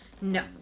No